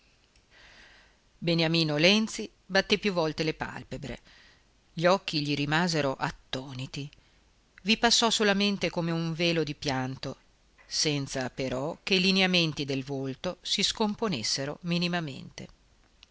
beniamino lenzi batté più volte le palpebre gli occhi gli rimasero attoniti vi passò solamente come un velo di pianto senza però che i lineamenti del volto si scomponessero minimamente